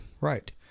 Right